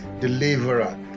deliverer